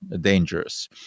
dangerous